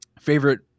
favorite